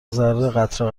ذره٬قطره